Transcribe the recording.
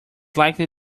likely